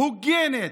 הוגנת,